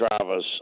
Travis